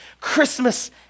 Christmas